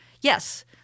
Yes